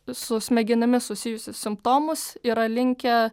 su smegenimis susijusius simptomus yra linkę